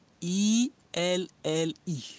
E-L-L-E